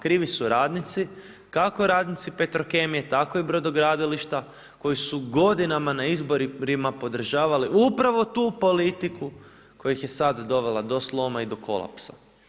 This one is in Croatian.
Krivi su radnici, kako radnici Petrokemije, tako i brodogradilišta koji su godinama na izborima podržavali upravo tu politiku koja ih je sada dovela do sloma i do kolapsa.